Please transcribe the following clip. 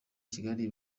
kigali